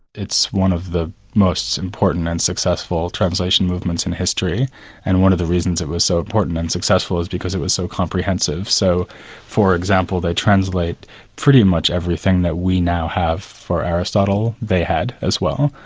it's one of the most important and successful translation movements in history and one of the reasons it was so important and successful is because it was so comprehensive, so for example they translate pretty much everything that we now have for aristotle, they had as well.